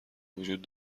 وجود